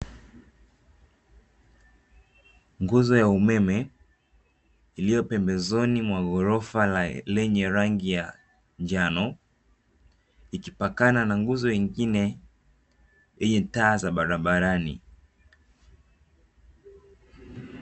Nguzo ya umeme iliyo pembezoni mwa ghorofa yenye rangi ya njano, ikipakana na nguzo nyingine yenye taa za barabarani.